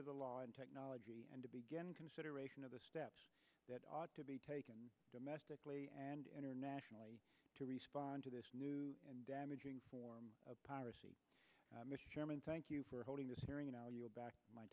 of the law and technology and to begin consideration of the steps that ought to be taken domestically and internationally to respond to this new damaging form of piracy mr chairman thank you for holding this hearing in your back my